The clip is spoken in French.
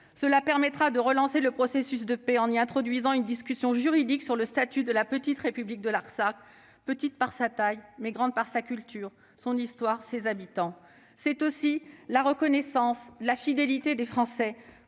elle permettra de relancer le processus de paix en y introduisant une discussion juridique sur le statut de cette petite république, petite par la taille, mais grande par la culture, par l'histoire, par les habitants. Il y va aussi de la reconnaissance et de la fidélité que les Français